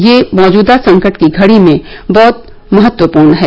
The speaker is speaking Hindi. यह मौजूदा संकट की घड़ी में बहुत महत्वपूर्ण है